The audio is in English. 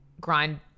grind